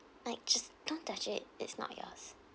like just don't touch it it's not yours